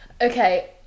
Okay